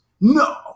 No